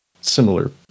similar